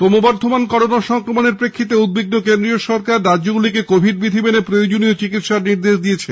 ক্রমবর্ধমান করোনা সংক্রমণের প্রেক্ষিতে উদ্বিগ্ন কেন্দ্র রাজ্যগুলিকে কোভিড বিধি মেনে প্রয়োজনীয় চিকিৎসার জন্য নির্দেশ দিয়েছে